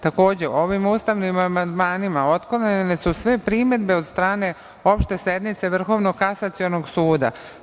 Takođe, ovim ustavnim amandmanima otklonjene su sve primedbe od strane opšte sednice Vrhovnog kasacionog suda.